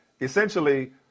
essentially